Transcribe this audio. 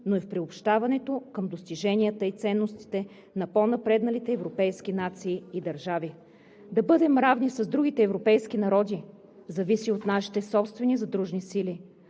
но и в приобщаването към достиженията и ценностите на по-напредналите европейски нации и държави. „Да бъдем равни с другите европейски народи зависи от нашите собствени задружни сили“,